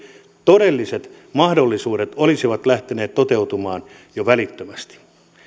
todelliset mahdollisuudet olisivat lähteneet toteutumaan jo välittömästi